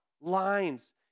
lines